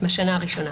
בשנה הראשונה.